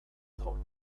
thought